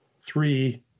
three